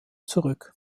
zurück